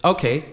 Okay